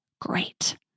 Great